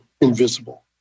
invisible